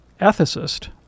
ethicist